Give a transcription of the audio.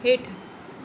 हेठि